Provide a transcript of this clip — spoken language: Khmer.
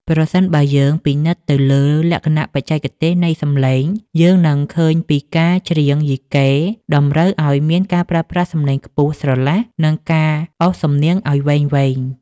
ប្រសិនបើយើងពិនិត្យទៅលើលក្ខណៈបច្ចេកទេសនៃសំឡេង យើងនឹងឃើញថាការច្រៀងយីកេតម្រូវឱ្យមានការប្រើប្រាស់សំឡេងខ្ពស់ស្រឡះ និងការអូសសំនៀងឱ្យវែងៗ។